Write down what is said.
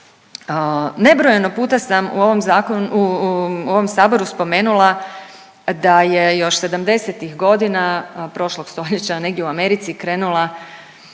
Nebrojeno puta sam u ovom zakonu, u ovom saboru spomenula da je još '70.-tih godina prošlog stoljeća negdje u Americi krenula